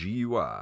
GUI